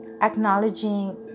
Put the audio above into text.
acknowledging